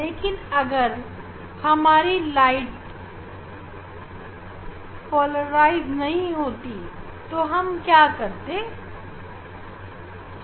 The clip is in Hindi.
लेकिन अगर हमारी प्रकाश पोलराइज नहीं होती तो हम क्या करते